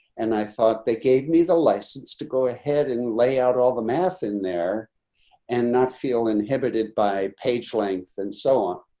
and i thought they gave me the license to go ahead and lay out all the math in there and not feel inhibited by page length and so on.